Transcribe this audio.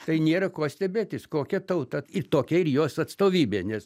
tai nėra ko stebėtis kokia tauta ir tokia ir jos atstovybė nes